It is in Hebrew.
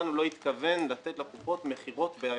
מאתנו לא התכוון לתת לקופות מכירות.